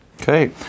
Okay